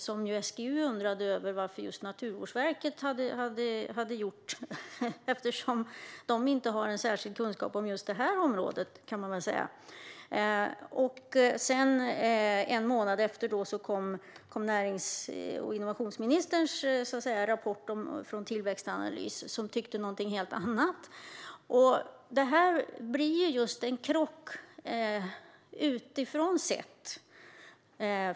SGU undrade varför den gjorts av just Naturvårdsverket, som inte har särskild kunskap om just det här området. En månad efter det kom närings och innovationsministerns rapport från Tillväxtanalys, som tyckte någonting helt annat. Det blir en krock, utifrån sett.